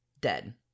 dead